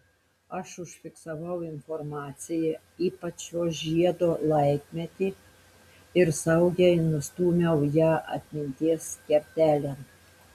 aš užfiksavau informaciją ypač šio žiedo laikmetį ir saugiai nustūmiau ją atminties kertelėn